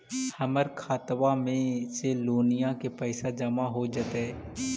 हमर खातबा में से लोनिया के पैसा जामा हो जैतय?